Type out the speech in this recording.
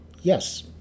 yes